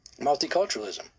Multiculturalism